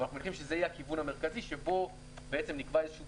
אנחנו חושבים שזה יהיה הכיוון המרכזי שבו בעצם נקבע איזשהו